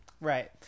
Right